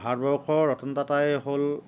ভাৰতবৰ্ষৰ ৰতন টাটাই হ'ল